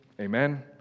amen